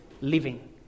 living